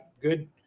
good